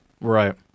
Right